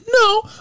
No